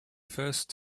first